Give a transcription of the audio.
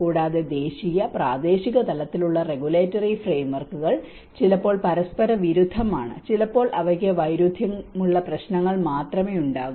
കൂടാതെ ദേശീയ പ്രാദേശിക പ്രാദേശിക തലത്തിലുള്ള റെഗുലേറ്ററി ഫ്രെയിംവർക്ക്കൾ ചിലപ്പോൾ പരസ്പരം വിരുദ്ധമാണ് ചിലപ്പോൾ അവയ്ക്ക് വൈരുദ്ധ്യമുള്ള പ്രശ്നങ്ങൾ മാത്രമേ ഉണ്ടാകൂ